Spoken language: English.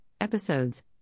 Episodes